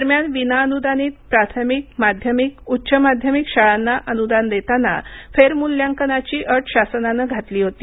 दरम्यान विनाअनुदानित प्राथमिक माध्यमिक उच्च माध्यमिक शाळांना अनुदान देताना फेरमूल्यांकनाची अट शासनानं घातली होती